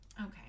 Okay